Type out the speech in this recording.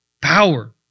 Power